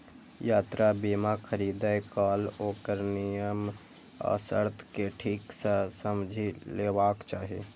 यात्रा बीमा खरीदै काल ओकर नियम आ शर्त कें ठीक सं समझि लेबाक चाही